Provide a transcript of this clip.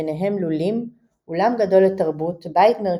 ביניהם לולים, אולם גדול לתרבות, בית מרכזי,